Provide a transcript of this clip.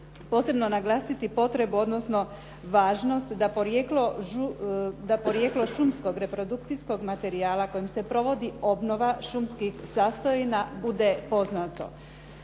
posebno naglasiti potrebu odnosno važnost da porijeklo šumskog reprodukcijskog materijala kojim se provodi obnova šumskih sastojina bude poznato.